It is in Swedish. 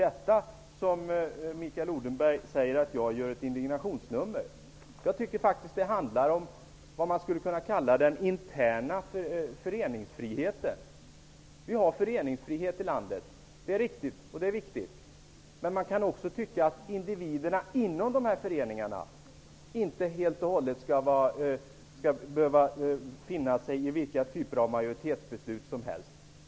Det är ju av detta som jag gör ett indignationsnummer, enligt Det handlar faktiskt om det som man skulle kunna kalla för den interna föreningsfriheten. Vi har föreningsfrihet här i landet, och det är viktigt. Men man kan också tycka att individerna inom föreningarna inte skall behöva finna sig i vilka majoritetsbeslut som helst.